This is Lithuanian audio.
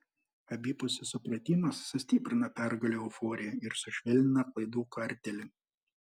abipusis supratimas sustiprina pergalių euforiją ir sušvelnina klaidų kartėlį